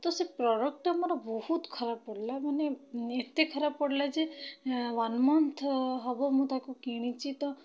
ତ ସେ ପ୍ରଡ଼କ୍ଟଟା ମୋର ବହୁତ ଖରାପ ପଡ଼ିଲା ମାନେ ଏତେ ଖରାପ ପଡ଼ିଲା ଯେ ୱାନ୍ ମନ୍ଥ ହବ ମୁଁ ତାକୁ କିଣିଛି ତ